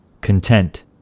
Content